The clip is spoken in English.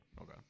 Okay